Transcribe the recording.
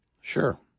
Sure